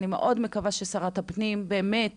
אני מאוד מקווה ששרת הפנים באמת